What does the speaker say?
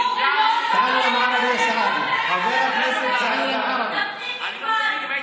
וגם היושב-ראש אמר שאנחנו צריכים למצוא פתרון לאנשים שרוצים להבין.